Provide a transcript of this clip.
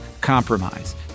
compromise